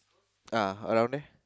uh around that